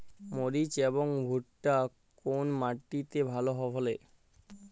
মরিচ এবং ভুট্টা কোন মাটি তে ভালো ফলে?